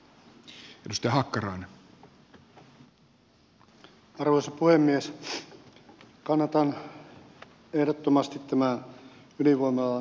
kannatan ehdottomasti tämän ydinvoimalan rakentamista